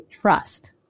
trust